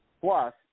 Plus